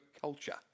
culture